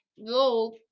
No